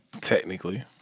technically